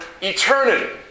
eternity